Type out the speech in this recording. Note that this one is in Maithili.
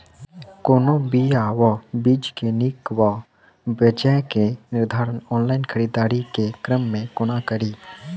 कोनों बीया वा बीज केँ नीक वा बेजाय केँ निर्धारण ऑनलाइन खरीददारी केँ क्रम मे कोना कड़ी?